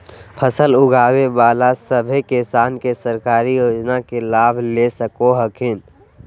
फसल उगाबे बला सभै किसान सरकारी योजना के लाभ ले सको हखिन